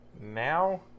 Now